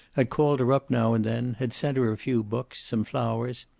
had called her up now and then, had sent her a few books, some flowers.